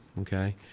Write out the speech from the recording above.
Okay